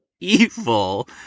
evil